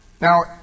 Now